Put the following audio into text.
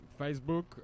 Facebook